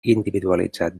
individualitzat